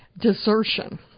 desertion